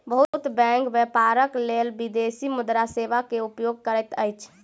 बहुत बैंक व्यापारक लेल विदेशी मुद्रा सेवा के उपयोग करैत अछि